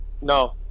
No